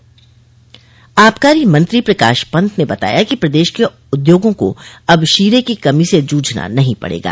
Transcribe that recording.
MOU आबकारी मंत्री प्रकाश पंत ने बताया कि प्रदेश के उद्योगों को अब शीरे की कमी से जूझना नहीं पड़ेगा